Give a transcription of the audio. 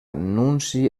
nunci